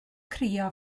crio